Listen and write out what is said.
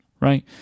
right